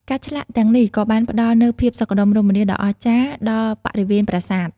ការឆ្លាក់ទាំងនេះក៏បានផ្តល់នូវភាពសុខដុមរមនាដ៏អស្ចារ្យដល់បរិវេណប្រាសាទ។